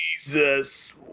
Jesus